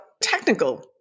technical